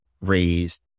raised